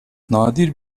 nadir